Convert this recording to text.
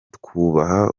twubaha